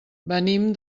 venim